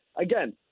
Again